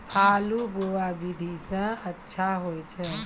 आलु बोहा विधि सै अच्छा होय छै?